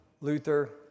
Luther